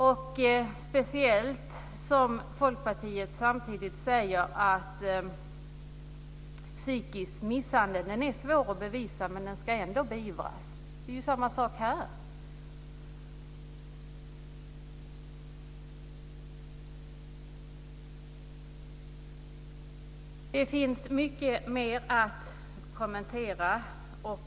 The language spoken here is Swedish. Folkpartiet säger ju samtidigt att psykisk misshandel är svår att bevisa men ändå ska beivras. Det är samma sak här! Det finns mycket mer att kommentera.